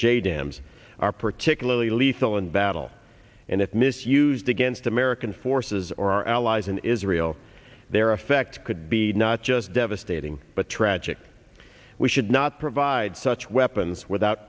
j dams are particularly lethal in battle and if misused against american forces or our allies in israel their effect could be not just devastating but tragic we should not provide such weapons without